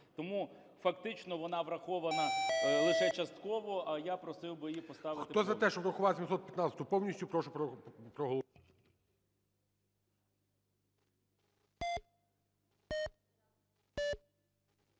Тому фактично вона врахована лише частково, я просив би її поставити повністю. ГОЛОВУЮЧИЙ. Хто за те, щоб врахувати 715-у повністю, прошу проголосувати.